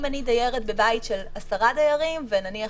אם אני דיירת בבית של עשרה דיירים ונניח